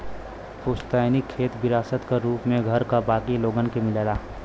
पुस्तैनी खेत विरासत क रूप में घर क बाकी लोगन के मिलेला